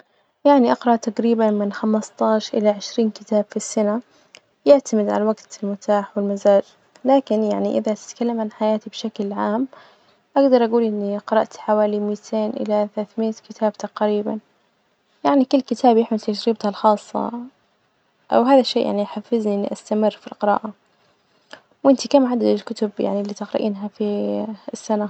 يعني أقرأ تجريبا من خمسطعش إلى عشرين كتاب في السنة، يعتمد على الوجت المتاح والمزاج، لكن يعني إذا تتكلم عن حياتي بشكل عام أجدر أجول إني قرأت حوالي متين إلى ثلاثمية كتاب تقريبا، يعني كل كتاب يحمل تجربته الخاصة أو هذا الشي يعني يحفزني إني أستمر في القراءة، وإنتي كم عدد الكتب يعني اللي تقرأينها في السنة?